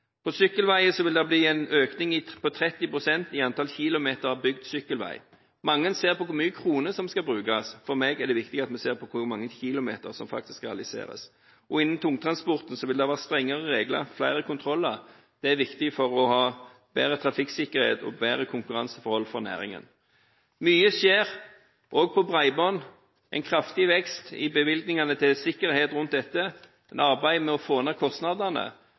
gjelder sykkelveier, vil det bli en økning på 30 pst. i antall kilometer bygd sykkelvei. Mange ser på hvor mange kroner som skal brukes. For meg er det viktig at vi ser på hvor mange kilometer som faktisk realiseres. Og innen tungtransporten vil det være strengere regler og flere kontroller. Det er viktig for å få bedre trafikksikkerhet og bedre konkurranseforhold for næringen. Mye skjer også når det gjelder bredbånd. Her er det en kraftig vekst i bevilgningene til sikkerhet. En arbeider med å få ned kostnadene.